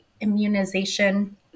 immunization